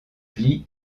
plis